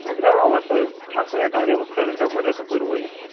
ভোগ অবশ্যই ঠাকুরের কাজ ভোগ মজা তো করবই